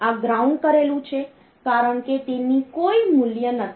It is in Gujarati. આ ગ્રાઉન્ડ કરેલું છે કારણ કે તેની કોઈ મૂલ્ય નથી